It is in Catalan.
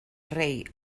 rei